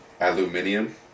Aluminium